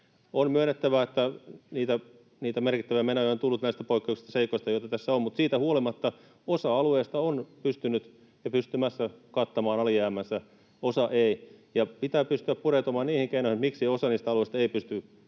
On myönnettävä, että niitä merkittäviä menoja on tullut näistä poikkeuksellisista seikoista, joita tässä on, mutta siitä huolimatta osa alueista on pystynyt — ja pystymässä — kattamaan alijäämänsä, osa ei. Pitää pystyä pureutumaan keinoihin ja niihin syihin, miksi osa niistä alueista ei pysty